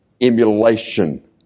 emulation